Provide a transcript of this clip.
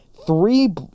Three